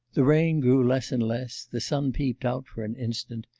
the rain grew less and less, the sun peeped out for an instant.